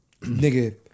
Nigga